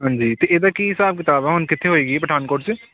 ਹਾਂਜੀ ਅਤੇ ਇਹਦਾ ਕੀ ਹਿਸਾਬ ਕਿਤਾਬ ਆ ਹੁਣ ਕਿੱਥੇ ਹੋਏਗੀ ਪਠਾਨਕੋਟ 'ਚ